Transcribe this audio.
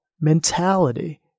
mentality